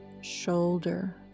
shoulder